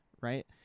right